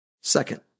Second